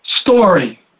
Story